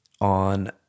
on